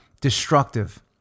destructive